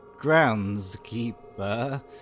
groundskeeper